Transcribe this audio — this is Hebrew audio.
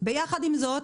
ביחד עם זאת,